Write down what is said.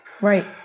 Right